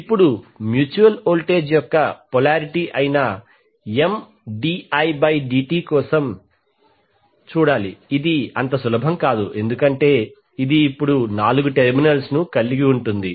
ఇప్పుడు mutual voltage యొక్క polarity అయిన Mdidt కోసం ఇది అంత సులభం కాదు ఎందుకంటే ఇది ఇప్పుడు నాలుగు టెర్మినల్స్ కలిగి ఉంటుంది